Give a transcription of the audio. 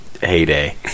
heyday